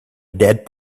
dead